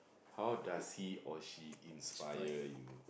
how does he or she inspire you